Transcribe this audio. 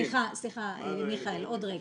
סליחה, מיכאל, עוד רגע.